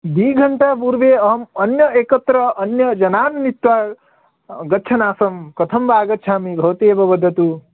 द्विघण्टापूर्वे अहम् अन्य एकत्र अन्य जनान् नीत्वा गच्छन् आसं कथम् आगच्छामि भवति एव वदतु